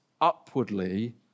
upwardly